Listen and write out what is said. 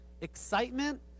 excitement